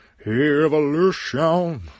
evolution